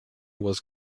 was